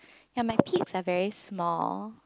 ya my picks are very small